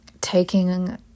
taking